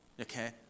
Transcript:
Okay